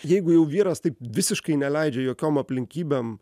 jeigu jau vyras taip visiškai neleidžia jokiom aplinkybėm